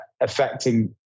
affecting